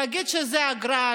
להגיד שזה אגרה,